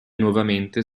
nuovamente